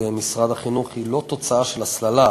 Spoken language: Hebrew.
במשרד החינוך היא לא תוצאה של הסללה,